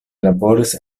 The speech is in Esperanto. laboris